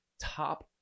Top